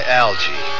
algae